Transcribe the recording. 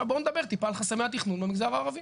עכשיו בואו נדבר טיפה על חסמי התכנון במגזר הערבי.